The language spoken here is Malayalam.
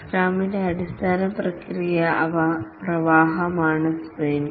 സ്ക്രമിന്റെ അടിസ്ഥാന പ്രക്രിയ പ്രവാഹമാണ് സ്പ്രിന്റ്